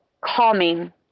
calming